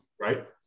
right